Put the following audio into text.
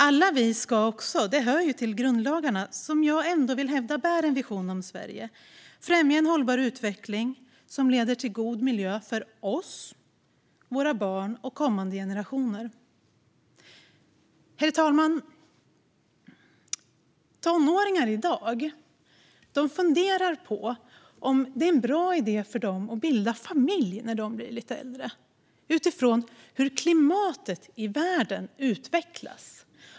Alla vi ska också - det framgår av grundlagarna, som jag ändå vill hävda bär en vision om Sverige - främja en hållbar utveckling som leder till en god miljö för oss, våra barn och kommande generationer. Herr talman! Tonåringar i dag funderar på om det är en bra idé för dem att bilda familj när de blir lite äldre, utifrån hur klimatet i världen utvecklas.